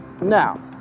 Now